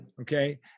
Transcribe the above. okay